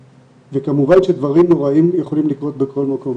כמובן שדברים נוראיים יכולים לקרות בכל מקום,